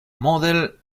model